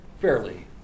fairly